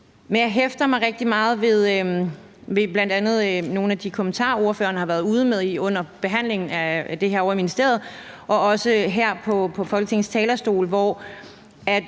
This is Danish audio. Jeg hæfter mig rigtig meget ved bl.a. nogle af de kommentarer, ordføreren har været ude med under behandlingen af det her ovre i ministeriet og også her fra Folketings talerstol, hvor